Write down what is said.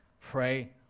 Pray